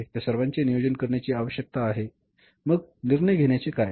त्या सर्वांचे नियोजन करण्याची आवश्यकता आहे मग निर्णय घेण्याचे काय